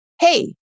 hey